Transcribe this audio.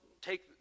take